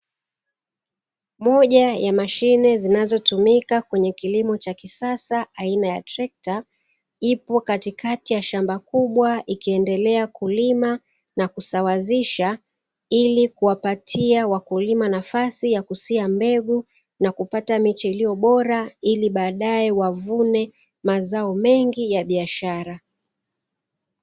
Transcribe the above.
Moja ya mashine zinazotumika kwenye kilimo cha kisasa aina ya trekta, ipo katikati ya shamba kubwa ikiendelea kulima na kusawazisha ili kuwapatia wakulima nafasi ya kusia mbegu, na kupata miche iliyo bora ili baadae wavune mazao mengi ya biashara.